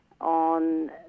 on